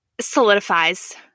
solidifies